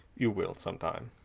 you will, sometime.